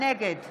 נגד